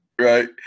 right